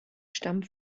stammt